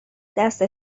دست